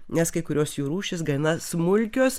nes kai kurios jų rūšys gana smulkios